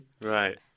Right